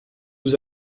vous